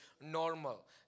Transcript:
normal